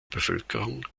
bevölkerung